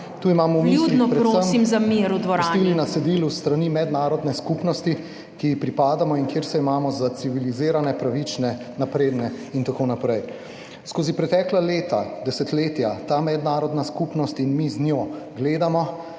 JAKOPOVIČ (PS Levica):** … na cedilu s strani mednarodne skupnosti, ki ji pripadamo in kjer se imamo za civilizirane, pravične, napredne in tako naprej. Skozi pretekla leta, desetletja ta mednarodna skupnost in mi z njo gledamo